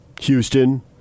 Houston